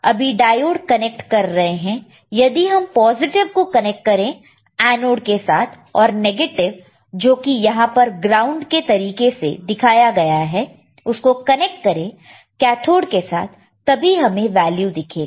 अभी diode connect कर रहे हैं यदि हम पॉजिटिव को कनेक्ट करें एनोड के साथ और नेगेटिव जो कि यहां पर ग्राउंड के तरीके से दिखाया गया है उसको कनेक्ट करें कैथोड के साथ तभी हमें वैल्यू दिखेगा